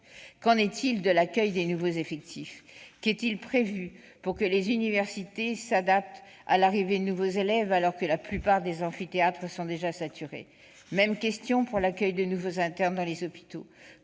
qu'en est-il de l'accueil des nouveaux effectifs ? Qu'est-il prévu pour que les universités s'adaptent à l'arrivée de nouveaux élèves alors que la plupart des amphithéâtres sont déjà saturés ? Même question pour l'accueil de nouveaux internes dans les hôpitaux.